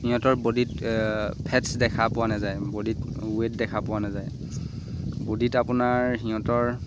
সিহঁতৰ বডীত ফেটছ দেখা পোৱা নাযায় বডীত ৱেট দেখা পোৱা নাযায় বডীত আপোনাৰ সিহঁতৰ